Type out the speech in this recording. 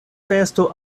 festo